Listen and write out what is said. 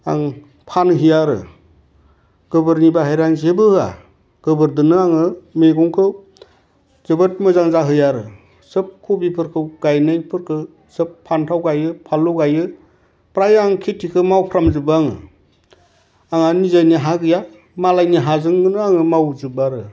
आं फानहैयो आरो गोबोरनि बाहेर आं जेबो होया गोबोरजोंनो आङो मैगंखौ जोबोद मोजां जाहोयो आरो सोब कपिफोरखौ गायनायफोरखौ सोब फान्थाव गाइयो फानलु गाइयो फ्राय आं खेथिखौ मावफ्राम जोबो आङो आंहा निजेनि हा गैया मालायनि हाजोंनो आङो मावजोबो आरो